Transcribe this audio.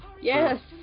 Yes